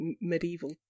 medieval